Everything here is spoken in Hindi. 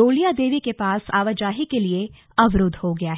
डोलियादेवी के पास आवाजाही के लिए अवरूद्व हो गया है